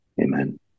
Amen